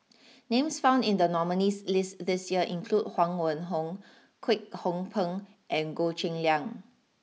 names found in the nominees' list this year include Huang Wenhong Kwek Hong Png and Goh Cheng Liang